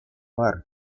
мар